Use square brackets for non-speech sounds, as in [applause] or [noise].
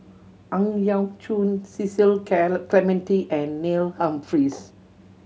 Ang Yau Choon Cecil [unintelligible] Clementi and Neil Humphreys